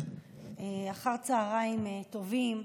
אחר צוהריים טובים.